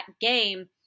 game